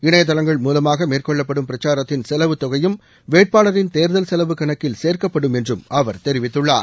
இணையதளங்கள் மூலமாக மேற்கொள்ளப்படும் பிரச்சாரத்தின் செலவுத் தொகையும் வேட்பாளரின் தேர்தல் செலவு கணக்கில் சேர்க்கப்படும் என்றும் அவர் தெரிவித்துள்ளார்